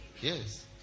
yes